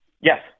Yes